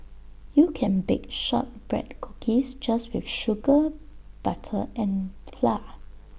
you can bake Shortbread Cookies just with sugar butter and flour